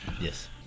Yes